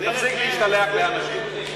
ותפסיק להשתלח באנשים.